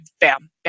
bam